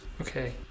Okay